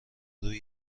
روی